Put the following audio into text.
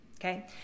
okay